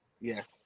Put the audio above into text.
yes